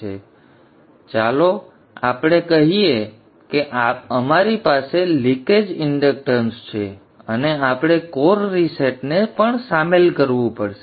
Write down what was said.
હવે ચાલો આપણે કહીએ કે અમારી પાસે લિકેજ ઇંડક્ટન્સ છે અને આપણે કોર રીસેટને પણ શામેલ કરવું પડશે